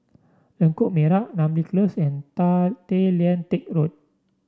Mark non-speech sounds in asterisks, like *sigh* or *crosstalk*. Lengkok Merak Namly Close and *unintelligible* Tay Lian Teck Road